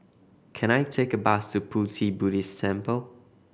can I take a bus to Pu Ti Buddhist Temple